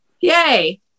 Yay